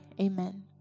Amen